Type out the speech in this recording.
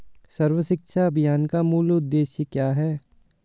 सर्व शिक्षा अभियान का मूल उद्देश्य क्या है?